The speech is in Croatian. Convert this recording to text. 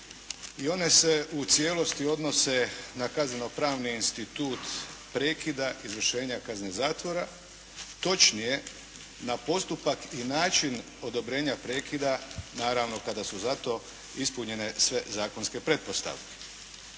i one se u cijelosti odnose na kazneno pravni institut prekida izvršenja kazne zatvora. Točnije na postupak i način odobrenja prekida naravno kada su za to ispunjene sve zakonske pretpostavke.